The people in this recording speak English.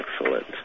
excellent